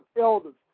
elders